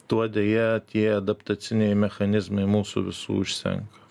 tuo deja tie adaptaciniai mechanizmai mūsų visų išsenka